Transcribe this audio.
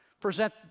present